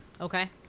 Okay